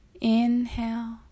inhale